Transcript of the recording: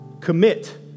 commit